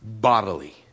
bodily